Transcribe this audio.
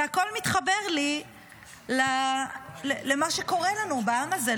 זה הכול התחבר לי למה שקורה לנו בעם הזה,